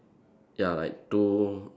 ya like two